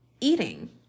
eating